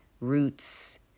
roots